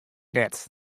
net